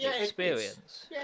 experience